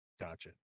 Gotcha